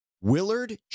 Willard